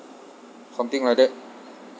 something like that